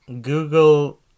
Google